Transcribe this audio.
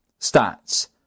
Stats